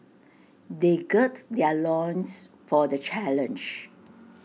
they gird their loins for the challenge